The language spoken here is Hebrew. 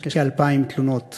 יש כ-2,000 תלונות